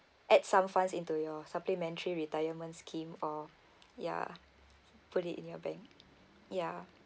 add some funds into your supplementary retirement scheme or ya put it in your bank ya